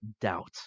doubt